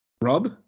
Rob